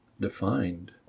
defined